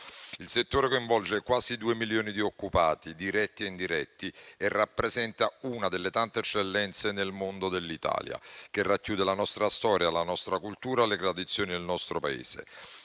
Il settore coinvolge quasi 2 milioni di occupati diretti e indiretti e rappresenta una delle tante eccellenze nel mondo dell'Italia, che racchiude la nostra storia, la nostra cultura e le tradizioni del nostro Paese.